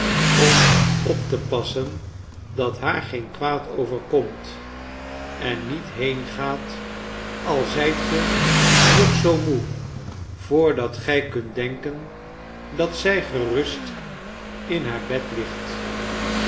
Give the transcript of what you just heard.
om op te passen dat haar geen kwaad overkomt en niet heengaat al zijt ge nog zoo moe voordat gij kunt denken dat zij gerust in haar bed ligt